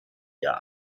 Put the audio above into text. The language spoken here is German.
jahr